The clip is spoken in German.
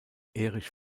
erich